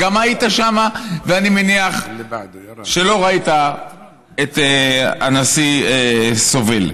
היית שם, ואני מניח שלא ראית את ראש הממשלה סובל.